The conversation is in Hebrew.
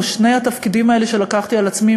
או שני התפקידים שלקחתי על עצמי,